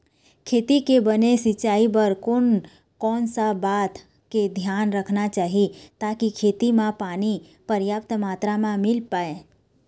खेती के बने सिचाई बर कोन कौन सा बात के धियान रखना चाही ताकि खेती मा पानी पर्याप्त मात्रा मा मिल पाए?